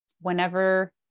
whenever